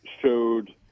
showed